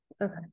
okay